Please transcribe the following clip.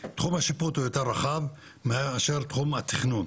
תחום השיפוט הוא יותר רחב, מאשר תחום התכנון.